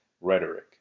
rhetoric